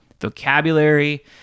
vocabulary